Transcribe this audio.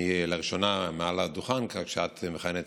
אני לראשונה מעל הדוכן כשאת מכהנת